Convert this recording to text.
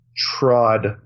trod